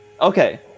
Okay